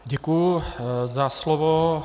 Děkuji za slovo.